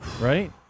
right